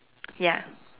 ya